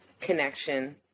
connection